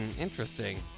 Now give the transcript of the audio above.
Interesting